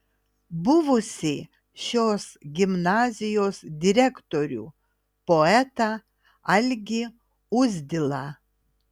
buvusį šios gimnazijos direktorių poetą algį uzdilą